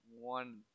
one